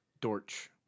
Dortch